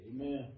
Amen